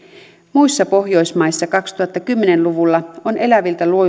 muissa pohjoismaissa kaksituhattakymmenen luvulla on eläviltä